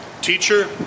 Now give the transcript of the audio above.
Teacher